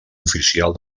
oficial